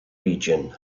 region